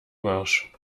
marsch